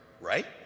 right